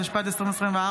התשפ"ד 2024,